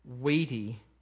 weighty